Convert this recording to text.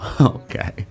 Okay